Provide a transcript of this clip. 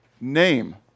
name